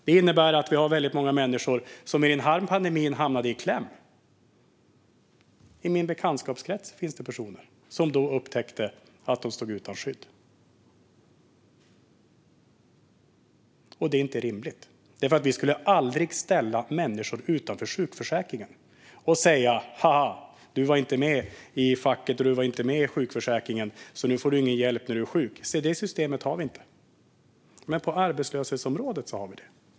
Det innebär att vi har väldigt många människor som i den här pandemin hamnade i kläm. I min bekantskapskrets finns det personer som upptäckte att de stod utan skydd. Det är inte rimligt. Vi skulle aldrig ställa människor utanför sjukförsäkringen och säga: Haha, du var inte med i facket och du var inte med i sjukförsäkringen, så nu får du ingen hjälp när du är sjuk! Det systemet har vi inte. Men på arbetslöshetsområdet har vi det.